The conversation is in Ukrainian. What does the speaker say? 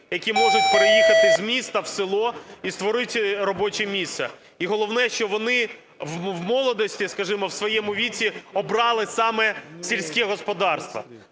які можуть переїхати з міста в село і створити робоче місце. І головне, що вони в молодості, скажімо, в своєму віці, обрали саме сільське господарство.